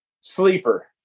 sleeper